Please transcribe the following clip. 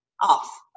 off